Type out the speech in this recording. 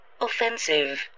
offensive